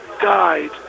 died